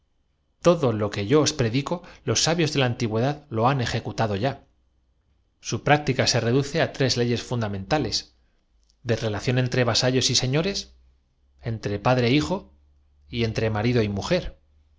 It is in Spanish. todo lo que yo os predico esta moral que podemos llamar pasiva fué exage los sabios de la antigüedad lo han ejecutado ya u práctica se reduce á tres leyes fundamentales de quieras para ti todo estriba en esto procédase así y relación entre vasallos y señores entre padre é hijo y basta las felicidades del paraíso si hay uno vendrán entre marido y mujer